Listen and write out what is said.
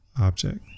object